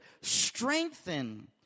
strengthen